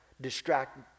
distract